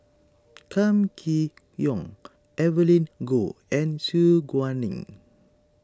Kam Kee Yong Evelyn Goh and Su Guaning